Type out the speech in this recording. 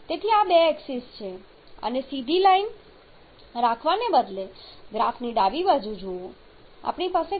તેથી આ બે એક્સિસ છે અને સીધી લાઈન રાખવાને બદલે ગ્રાફની ડાબી બાજુ જુઓ આપણી પાસે કર્વ છે